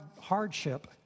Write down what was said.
hardship